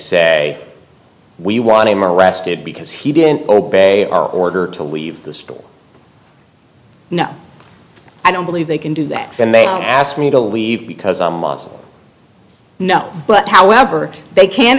say we want him arrested because he didn't obey our order to leave the store no i don't believe they can do that and they asked me to leave because i was no but however they can